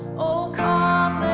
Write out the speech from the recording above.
o come